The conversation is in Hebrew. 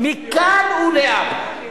מכאן ולהבא.